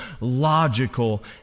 logical